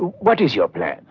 what is your plan